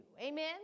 Amen